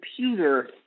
computer